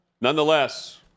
Nonetheless